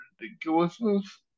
ridiculousness